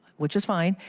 which is fine,